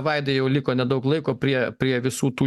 vaidai jau liko nedaug laiko prie prie visų tų